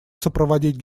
сопроводить